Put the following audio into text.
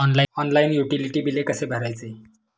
Online utility बिले कसे भरायचे?